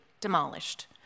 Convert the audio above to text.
demolished